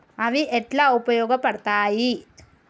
అవి ఎట్లా ఉపయోగ పడతాయి?